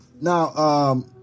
Now